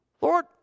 Lord